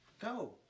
go